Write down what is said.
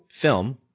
film